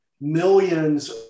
millions